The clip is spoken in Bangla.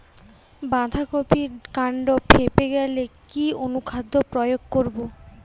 বাঁধা কপির কান্ড ফেঁপে গেলে কি অনুখাদ্য প্রয়োগ করব?